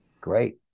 great